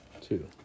two